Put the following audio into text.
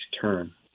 turn